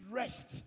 rest